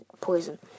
poison